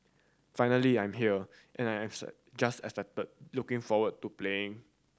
finally I'm here and I'm just excited looking forward to playing